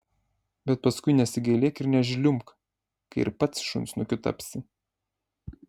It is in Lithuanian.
bet paskui nesigailėk ir nežliumbk kai ir pats šunsnukiu tapsi